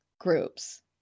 groups